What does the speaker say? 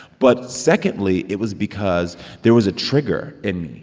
but secondly, it was because there was a trigger in me.